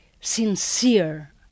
sincere